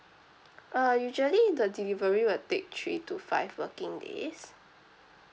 uh usually the delivery will take three to five working days